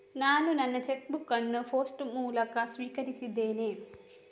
ನಾನು ನನ್ನ cheque book ಅನ್ನು ಪೋಸ್ಟ್ ಮೂಲಕ ಸ್ವೀಕರಿಸಿದ್ದೇನೆ